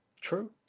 true